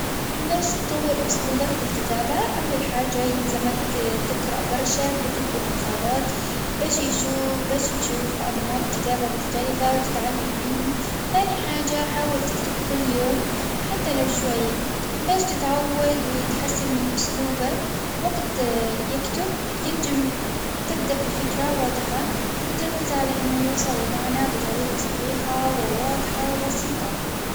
باش تطور أسلوبك في الكتابة أول حاجة يلزمك تقرأ برشا كتب ومقالات باش يشو- باش تشوف أنماط كتابة مختلفة وتتعلم منهم، تاني حاجة حاول تكتب كل يوم حتى لو شوية باش تتعود ويتحسن من أسلوبك وقت يكتب ينجم تبدأ بفكرة واضحة وتركز على إنه يوصل المعنى بطريقة صحيحة وواضحة وبسيطة.